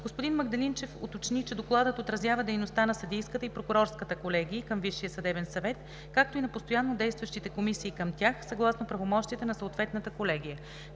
Господин Магдалинчев уточни, че Докладът отразява дейността на Съдийската и Прокурорската колегии към Висшия съдебен съвет, както и на постоянно действащите комисии към тях, съгласно правомощията на съответната колегия.